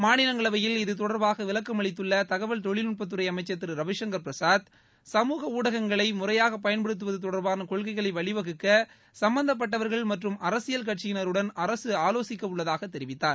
மாநிலங்களவையில் இது தொடர்பாக விளக்கமளித்துள்ள தகவல் தொழில்நுட்பத்துறை அமைச்சர் திரு ரவிசங்கர் பிரசாத் சமூக ஊடகங்களை முறையாக பயன்படுத்துவது தொடர்பான கொள்கைகளை வழிவகுக்க சும்பந்தப்பட்டவர்கள் மற்றும் அரசியல் கட்சியினருடன் அரசு ஆலோசிக்க உள்ளதாகத் தெரிவித்தார்